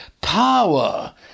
power